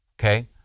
okay